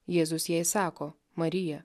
jėzus jai sako marija